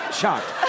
shocked